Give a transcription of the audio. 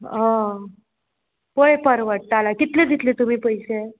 अ परवडटा कितलें दितलें तुमी पयशे